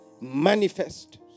manifest